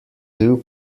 two